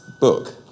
book